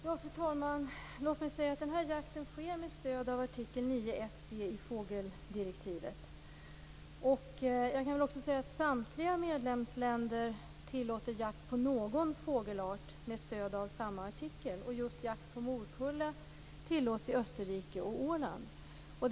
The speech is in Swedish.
Fru talman! Låt mig säga att den här jakten sker med stöd av artikel 9.1c i fågeldirektivet. Jag kan också säga att samtliga medlemsländer tillåter jakt på någon fågelart med stöd av samma artikel. Just jakt på morkulla tillåts i Österrike och på Åland.